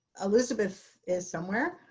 elizabeth is somewhere.